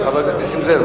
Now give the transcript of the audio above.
של חבר הכנסת נסים זאב.